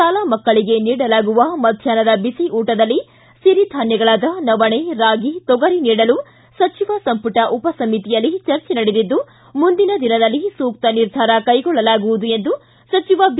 ಶಾಲಾ ಮಕ್ಕಳಿಗೆ ನೀಡಲಾಗುವ ಮಧ್ಯಾಷ್ನದ ಬಿಸಿ ಊಟದಲ್ಲಿ ಸಿರಿಧಾನ್ವಗಳಾದ ನವಣೆ ರಾಗಿ ತೊಗರಿ ನೀಡಲು ಸಚಿವ ಸಂಪುಟ ಉಪ ಸಮಿತಿಯಲ್ಲಿ ಚರ್ಚೆ ನಡೆದಿದ್ದು ಮುಂದಿನ ದಿನದಲ್ಲಿ ಸೂಕ್ತ ನಿರ್ಧಾರ ಕೈಗೊಳ್ಳಲಾಗುವುದು ಎಂದು ಸಚಿವ ಬಿ